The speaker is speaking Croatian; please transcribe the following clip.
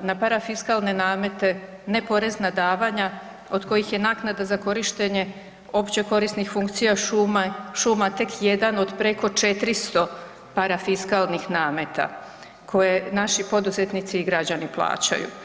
na parafiskalne namete, neporezna davanja od kojih je naknada za korištenje opće korisnih funkcija šuma tek jedan od preko 400 parafiskalnih nameta koje naši poduzetnici i građani plaćaju.